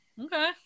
Okay